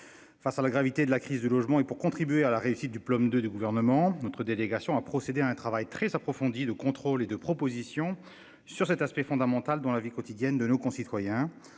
Face à la gravité de la crise du logement et pour contribuer à la réussite du plan de, du gouvernement. Notre délégation a procédé à un travail très approfondi de contrôle et de proposition sur cet aspect fondamental dans la vie quotidienne de nos concitoyens